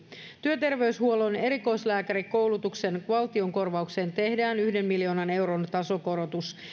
työterveyshuollon erikoislääkärikoulutuksen valtion korvaukseen tehdään yhden miljoonan euron tasokorotus